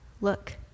look